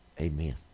amen